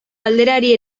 galderari